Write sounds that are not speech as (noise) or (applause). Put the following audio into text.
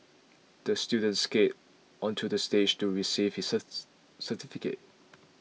the student skated onto the stage to receive his (unintelligible) certificate